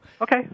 okay